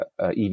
ev